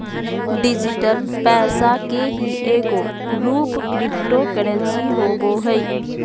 digital पैसा के ही एगो रूप क्रिप्टो करेंसी होवो हइ